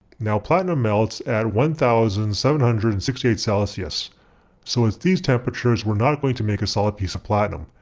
now platinum melts at one thousand seven hundred and sixty eight celsius so at these temperatures we're not going to make a solid piece of platinum.